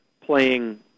playing